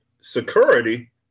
Security